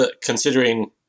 considering